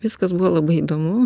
viskas buvo labai įdomu